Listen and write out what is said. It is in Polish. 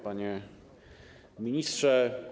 Panie Ministrze!